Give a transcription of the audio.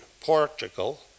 Portugal